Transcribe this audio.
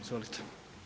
Izvolite.